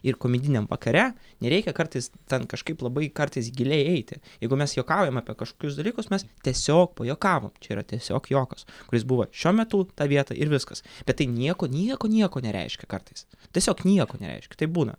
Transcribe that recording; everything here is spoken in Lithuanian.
ir komediniam vakare nereikia kartais ten kažkaip labai kartais giliai eiti jeigu mes juokaujam apie kažkokius dalykus mes tiesiog pajuokavom čia yra tiesiog juokas kuris buvo šiuo metu ta vieta ir viskas bet tai nieko nieko nieko nereiškia kartais tiesiog nieko nereiškia taip būna